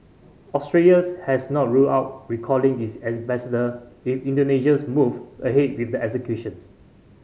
Australia's has not ruled out recalling its ambassador in Indonesia's move ahead with the executions